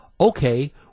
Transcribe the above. okay